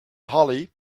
hollie